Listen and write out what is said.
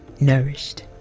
nourished